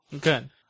Good